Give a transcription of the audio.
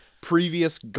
previous